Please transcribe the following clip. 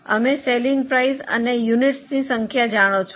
અમે વેચાણ કિંમત અને એકમોની સંખ્યા જાણો છો